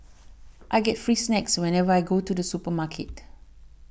I get free snacks whenever I go to the supermarket